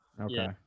Okay